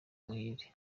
muhire